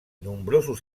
nombrosos